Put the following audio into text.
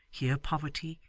here poverty,